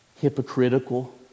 hypocritical